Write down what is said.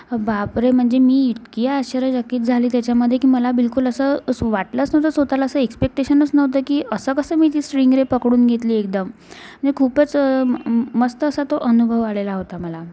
बापरे म्हणजे मी इतकी आश्चर्यचकित झाली त्याच्यामध्ये की मला बिल्कुल असं अस वाटलंच नव्हतं स्वतःला असं एस्पेक्टेशनच नव्हतं की असं कसं मी ती स्ट्रिंग्रे पकडून घेतली एकदम खूपच मस्त असा तो अनुभव आलेला होता मला